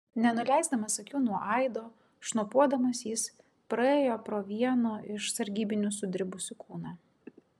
nenuleisdamas akių nuo aido šnopuodamas jis praėjo pro vieno iš sargybinių sudribusį kūną